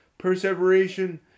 Perseveration